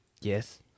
Yes